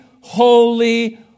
Holy